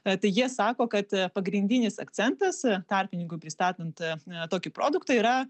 tai jie sako kad pagrindinis akcentas tarpininkų pristatant na tokį produktą yra